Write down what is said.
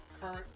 current